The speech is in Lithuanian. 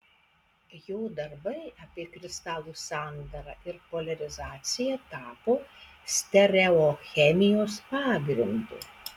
jo darbai apie kristalų sandarą ir poliarizaciją tapo stereochemijos pagrindu